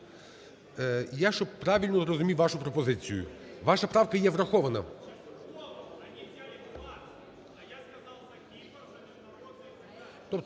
Я, щоб правильно розумів вашу пропозицію, ваша правка є врахована.